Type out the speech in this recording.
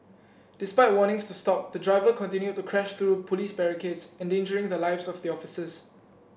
despite warnings to stop the driver continued to crash through police barricades endangering the lives of the officers